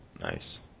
Nice